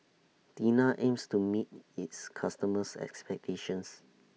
Tena aims to meet its customers' expectations